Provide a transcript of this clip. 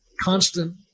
constant